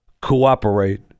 cooperate